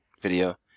video